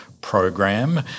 Program